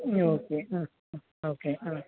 okay ആ ആ okay ആ